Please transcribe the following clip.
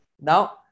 Now